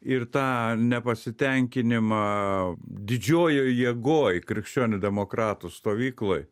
ir tą nepasitenkinimą didžiojoj jėgoj krikščionių demokratų stovykloj